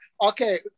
Okay